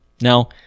Now